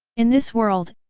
in this world,